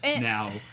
now